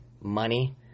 money